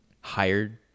hired